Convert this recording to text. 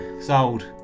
Sold